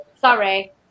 sorry